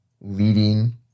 leading